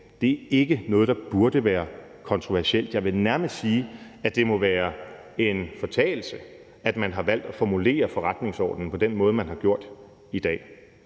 det er ikke noget, der burde være kontroversielt. Jeg vil nærmest sige, at det må være en fortalelse, at man har valgt at formulere forretningsordenen på den måde, man har gjort i dag,